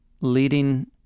leading